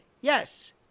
Yes